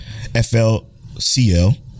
FLCL